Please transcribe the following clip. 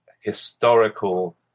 historical